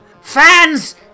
fans